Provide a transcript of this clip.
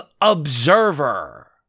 Observer